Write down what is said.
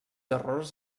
errors